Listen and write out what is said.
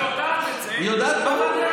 היא יודעת את זה,